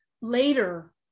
later